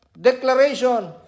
declaration